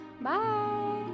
bye